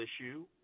issue